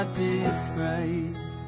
disgrace